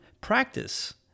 practice